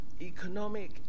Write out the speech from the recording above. economic